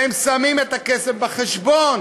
והם שמים את הכסף בחשבון,